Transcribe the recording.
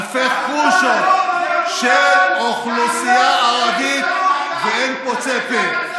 אלפי חושות של אוכלוסייה ערבית, ואין פוצה פה.